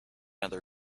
other